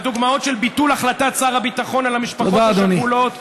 הדוגמאות של ביטול החלטת שר הביטחון על המשפחות השכולות.